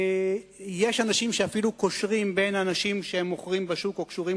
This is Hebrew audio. יש אנשים שאפילו קושרים בין אנשים שמוכרים בשוק או קשורים